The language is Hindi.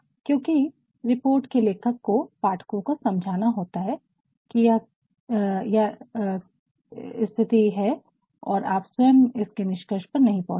क्योंकि रिपोर्ट के लेखक को पाठकों को समझाना होता है की यह स्थिति है और आप स्वयं इसके निष्कर्ष पर नहीं पहुंचे हैं